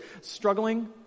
Struggling